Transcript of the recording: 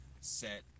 set